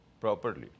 properly